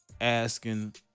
Asking